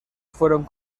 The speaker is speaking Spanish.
fueron